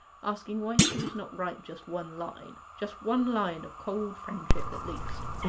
asking why she would not write just one line just one line of cold friendship at least?